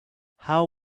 how